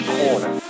corner